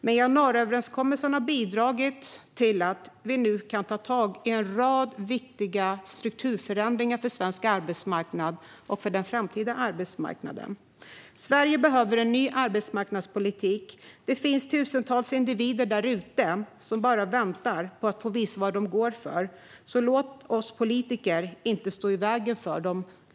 Men januariöverenskommelsen har bidragit till att vi nu kan tag i en rad viktiga strukturförändringar för svensk arbetsmarknad och för den framtida arbetsmarknaden. Sverige behöver en ny arbetsmarknadspolitik. Det finns tusentals individer därute som bara väntar på att få visa vad de går för, så låt inte oss politiker stå i vägen för dem.